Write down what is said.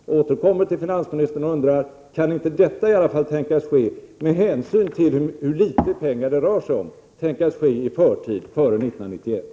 Jag återkommer till finansministern och undrar: Kan inte detta i alla fall tänkas ske, med hänsyn till hur litet pengar det rör sig om, i förtid, före 1991?